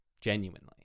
genuinely